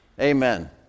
Amen